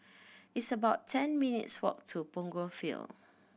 it's about ten minutes' walk to Punggol Field